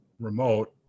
remote